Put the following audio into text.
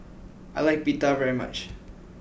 I like Pita very much